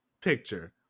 picture